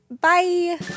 Bye